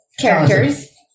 characters